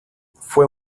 fue